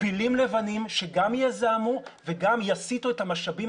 פילים לבנים שגם יזהמו וגם יסיטו את המשאבים